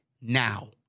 now